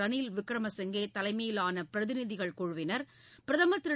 ரனில் விக்ரமசிங்கே தலைமையிலான பிரதிநிதிகள் குழுவினர் பிரதமர் திரு